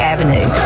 Avenue